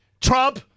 Trump